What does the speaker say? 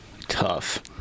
Tough